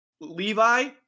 Levi